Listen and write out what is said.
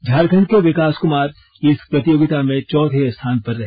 झारखंड के विकास कुमार इस प्रतियोगिता में चौथे स्थान पर रहे